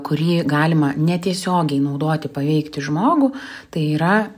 kurį galima netiesiogiai naudoti paveikti žmogų tai yra